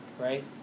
right